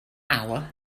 hour